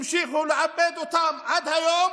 ממשיכים לעבד אותן עד היום,